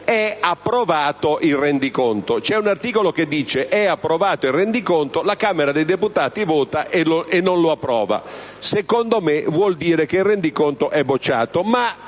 è approvato il rendiconto. C'è un articolo che dice: è approvato il rendiconto; la Camera dei deputati vota e non lo approva: secondo me, vuol dire che il rendiconto è bocciato.